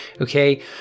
okay